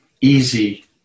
easy